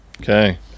Okay